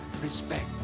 respect